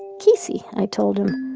kisi, i told him.